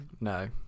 No